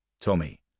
Tommy